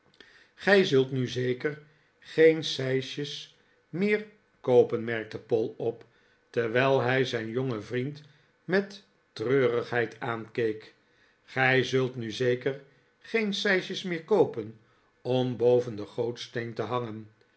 gij zult nu zeker geen sijsjes meer koopen merkte poll op terwijl hij zijn jongen vriend met treurigheid aankeek gij zult nu zeker geen sijsjes meer koopen om boven den gootsteen te hangen